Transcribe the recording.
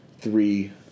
three